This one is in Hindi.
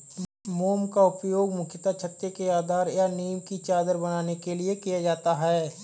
मोम का उपयोग मुख्यतः छत्ते के आधार या नीव की चादर बनाने के लिए किया जाता है